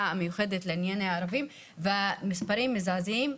המיוחדת לענייני ערבים והמספרים מזעזעים.